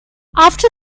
after